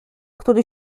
który